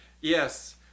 Yes